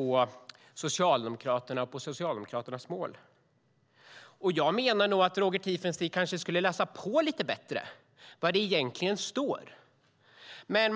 gäller Socialdemokraternas mål. Jag menar nog att Roger Tiefensee borde läsa på lite bättre och se vad det egentligen står i texten.